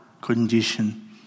condition